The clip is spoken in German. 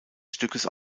stückes